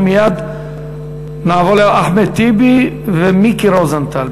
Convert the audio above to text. מייד נעבור לאחמד טיבי ומיקי רוזנטל.